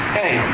hey